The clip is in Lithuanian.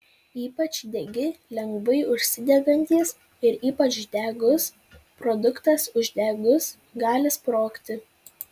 ypač degi lengvai užsidegantis ir ypač degus produktas uždegus gali sprogti